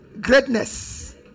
greatness